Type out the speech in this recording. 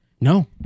No